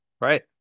Right